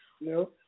No